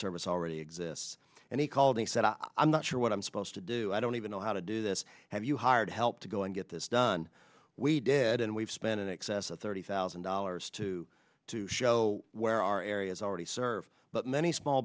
service already exists and he called and said i'm not sure what i'm supposed to do i don't even know how to do this have you hired help to go and get this done we did and we've spent in excess of thirty thousand dollars to to show where our areas already serve but many small